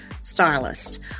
stylist